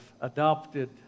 adopted